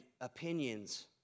opinions